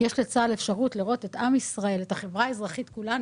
יש לצה"ל אפשרות לראות את החברה האזרחית כולה.